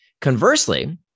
Conversely